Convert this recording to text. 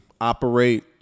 operate